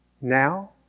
now